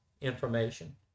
information